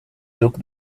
took